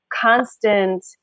constant